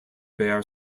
bear